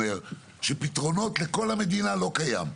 שאנחנו נאלץ לפנות את הדיירים מהם ולשקם אותם.